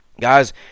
guys